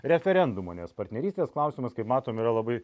referendumo nes partnerystės klausimas kaip matom yra labai